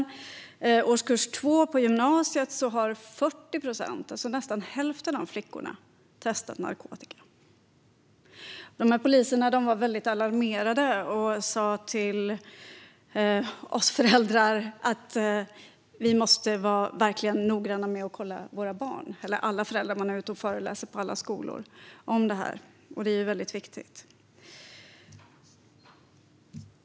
I årskurs 2 på gymnasiet har 40 procent - alltså nästan hälften - av flickorna testat narkotika. Dessa poliser var alarmerade och sa till oss föräldrar att vi verkligen måste vara noggranna med att kolla våra barn. Detta gällde alla föräldrar. De är ute och föreläser om detta på alla skolor, och det är ju väldigt viktigt.